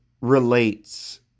relates